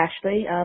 Ashley